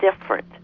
different